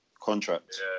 contract